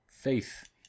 Faith